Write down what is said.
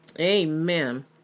Amen